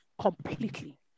completely